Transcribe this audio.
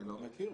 לא מכיר.